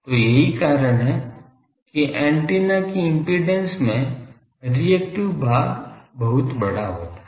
तो यही कारण है कि एंटीना की इम्पीडेन्स में रिएक्टिव भाग बहुत बड़ा होता है